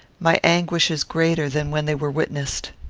my anguish is greater than when they were witnessed.